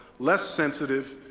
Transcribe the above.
less sensitive,